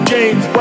James